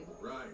Right